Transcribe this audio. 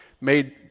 made